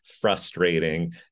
frustrating